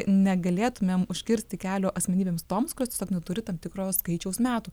negalėtumėm užkirsti kelio asmenybėms toms kurios tiesiog neturi tam tikro skaičiaus metų